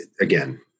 again